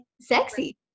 sexy